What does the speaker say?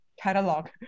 catalog